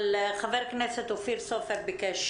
חבר הכנסת אופיר סופר ביקש